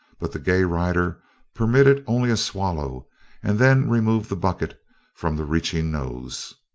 but the gay rider permitted only a swallow and then removed the bucket from the reaching nose.